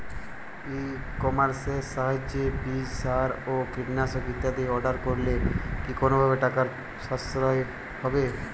ই কমার্সের সাহায্যে বীজ সার ও কীটনাশক ইত্যাদি অর্ডার করলে কি কোনোভাবে টাকার সাশ্রয় হবে?